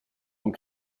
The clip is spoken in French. ont